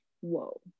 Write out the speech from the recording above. whoa